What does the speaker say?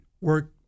work